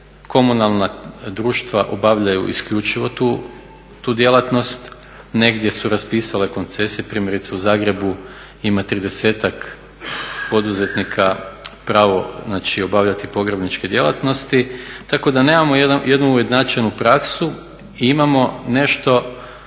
komunalna društva obavljaju isključivo tu djelatnost, negdje su raspisale koncesije. Primjerice u Zagrebu ima 30-ak poduzetnika pravo znači obavljati pogrebničke djelatnosti tako da nemamo jednu ujednačenu praksu i imamo nešto